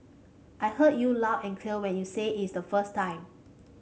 I heard you loud and clear when you said it the first time